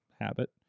habit